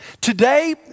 Today